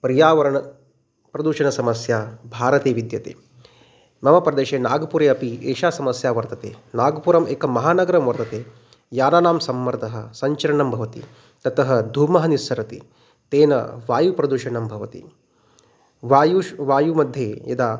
पर्यावरणप्रदूषणसमस्या भारते विद्यते मम प्रदेशे नागपुरे अपि एषा समस्या वर्तते नागपुरम् एकं महानगरं वर्तते यानानां सम्मर्दः सञ्चरणं भवति ततः धूमः निस्सरति तेन वायुप्रदूषणं भवति वायुः वायुमध्ये यदा